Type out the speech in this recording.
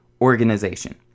organization